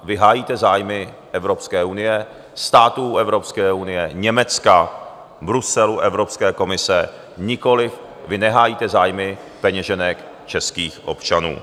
Vy hájíte zájmy Evropské unie, států Evropské unie, Německa, Bruselu, Evropské komise, nikoliv, vy nehájíte zájmy peněženek českých občanů.